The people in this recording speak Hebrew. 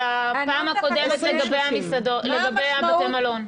אני רוצה לדעת מה היה בפעם הקודמת לגבי בתי המלון.